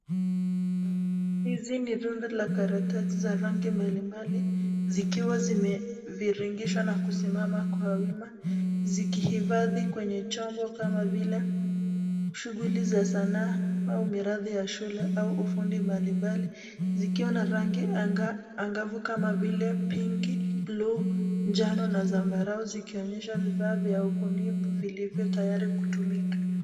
Hizi ni karatasi za rangi mbalimbali, zikiwa zimeviringishwa na kusimama kwa wima, zikihifadhi kwenye chombo kama vile shughuli za sanaa au miradi ya shule au ufundi mbalimbali. Zikiwa na rangi angavu kama vile pinki , bluu, njano, na zambarau, zikionyesha vifaa vya ubunifu vilivyo tayari kutumika.